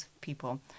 people